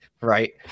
right